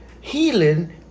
healing